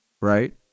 right